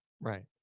right